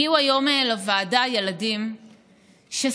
היום הגיעו לוועדה ילדים שסיפרו